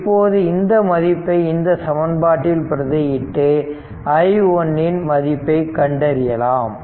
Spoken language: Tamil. இப்போது இந்த மதிப்பை இந்த சமன்பாட்டில் பிரதியிட்டு i1 இன் மதிப்பை கண்டறியலாம்